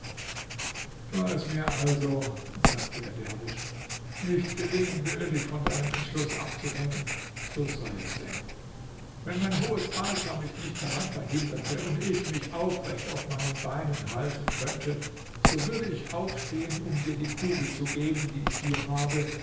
da es mir also sagte der derwisch nicht gelingen will dich von deinem entschluß abzubringen so sei es denn wenn mein hohes alter mich nicht daran verhinderte und ich mich aufrecht auf meinen beinen halten könnte so würde ich aufstehen um dir die kugel zu geben die ich hier habe